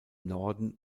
norden